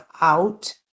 out